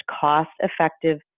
cost-effective